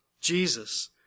Jesus